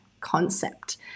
concept